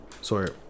Sorry